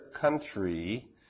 country